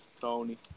Tony